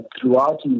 throughout